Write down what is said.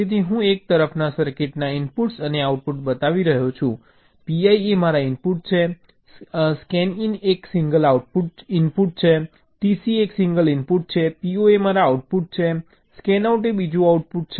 તેથી હું એક તરફ સર્કિટના ઇનપુટ્સ અને આઉટપુટ બતાવી રહ્યો છું PI એ મારા ઇનપુટ છે સ્કેનઈન એક સિંગલ ઇનપુટ છે TC એક સિંગલ ઇનપુટ છે PO એ મારા આઉટપુટ છે સ્કેનઆઉટ એ બીજું આઉટપુટ છે